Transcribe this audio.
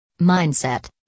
Mindset